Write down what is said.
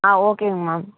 ஆ ஓகேங்க மேம்